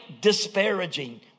disparaging